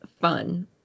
fun